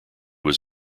was